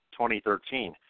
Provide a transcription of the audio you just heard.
2013